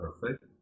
perfect